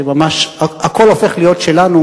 שממש הכול הופך להיות שלנו,